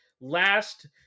last